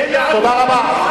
תודה רבה.